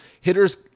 hitters